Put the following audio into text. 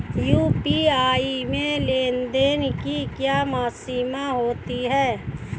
UPI में लेन देन की क्या सीमा होती है?